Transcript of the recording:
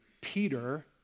Peter